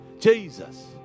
Jesus